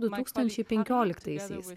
du tūkstančiai penkioliktaisiais